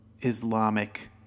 Islamic